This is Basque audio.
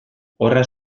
horra